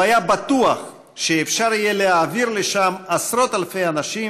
הוא היה בטוח שאפשר יהיה להעביר לשם עשרות אלפי אנשים,